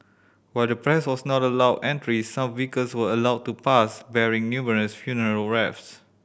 while the press was not allowed entry some vehicles were allowed to pass bearing numerous funeral wreaths